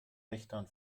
wächtern